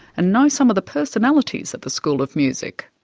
and know some of the personalities at the school of music.